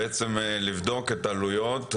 ולבדוק את העלויות,